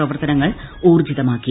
പ്രവർത്തനങ്ങൾ ഊർജ്ജിതമാക്കി